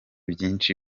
byinshi